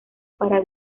para